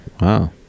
Wow